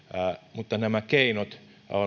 mutta nämä keinot on